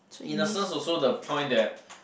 innocence also the point that